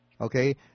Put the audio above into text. okay